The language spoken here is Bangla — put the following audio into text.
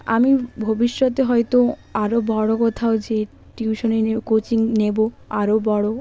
আমি ভবিষ্যতে হয়তো আরও বড়ো কোথাও যেয়ে টিউশানি নেব কোচিং নেব আরও বড়ো